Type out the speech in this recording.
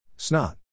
Snot